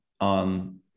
on